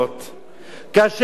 כאשר הובאה היום